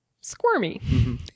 squirmy